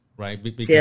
Right